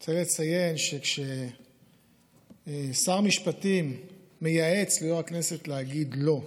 אני רוצה לציין שכששר משפטים מייעץ ליו"ר הכנסת להגיד "לא"